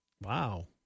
wow